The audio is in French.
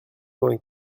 vingt